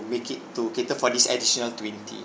make it to cater for this additional twenty